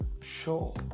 sure